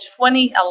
2011